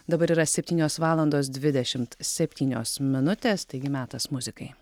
dabar yra septynios valandos dvidešimt septynios minutės taigi metas muzikai